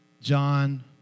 John